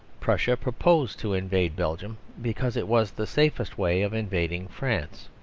prussia proposed to invade belgium, because it was the safest way of invading france.